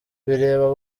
bireba